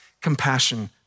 compassion